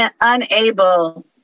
unable